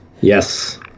Yes